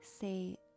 say